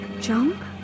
jump